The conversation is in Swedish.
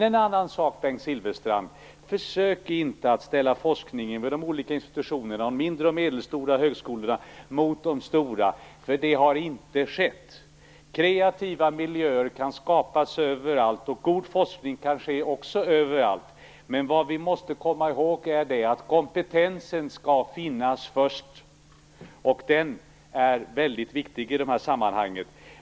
En annan sak, Bengt Silfverstrand: Försök inte att ställa forskningen vid de olika institutionerna mot varandra. Försök inte att ställa de mindre och medelstora högskolorna mot de stora! Något sådant finns det inte grund för. Kreativa miljöer kan skapas överallt, och god forskning kan också göras överallt. Men vi måste komma ihåg att kompetensen skall finnas först - den är väldigt viktig i de här sammanhangen.